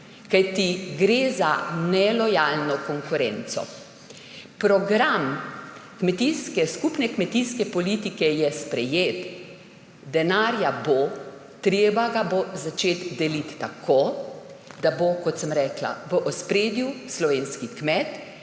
Kajti gre za nelojalno konkurenco. Program skupne kmetijske politike je sprejet, denarja bo, treba ga bo začeti deliti tako, da bo, kot sem rekla, v ospredju slovenski kmet